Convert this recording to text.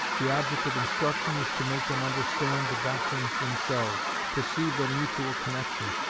the object of instruction is to make them understand the doctrines themselves, perceive their mutual connexion,